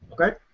Okay